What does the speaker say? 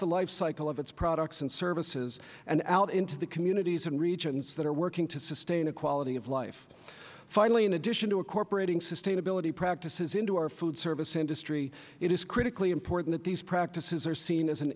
the life cycle of its products and services and out into the communities and regions that are working to sustain the quality of life finally in addition to incorporating sustainability practices into our food service industry it is critically important that these practices are seen as an